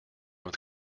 with